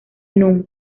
núm